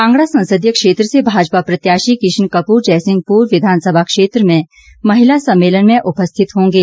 कांगड़ा संसदीय क्षेत्र से भाजपा प्रत्याशी किशन कपूर जयसिंहपुर विधानसभा क्षेत्र में महिला सम्मेलन में उपस्थित होंगे